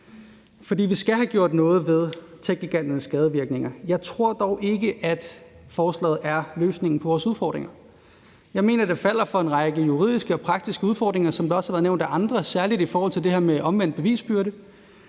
fordi vi skal have gjort noget ved techgiganternes skadevirkninger. Jeg tror dog ikke, at forslaget er løsningen på vores udfordringer. Jeg mener, det falder for en række juridiske og praktiske udfordringer, som det også har været nævnt af andre, særligt i forhold til det her med omvendt bevisbyrde.